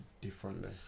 differently